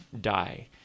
die